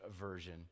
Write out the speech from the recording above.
Version